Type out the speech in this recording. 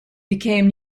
became